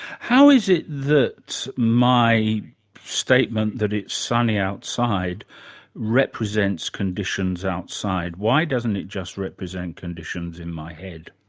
how is it that my statement that it's sunny outside represents conditions outside? why doesn't it just represent conditions in my head?